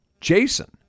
Jason